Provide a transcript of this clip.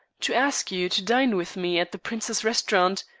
to ask you to dine with me at the prince's restaurant,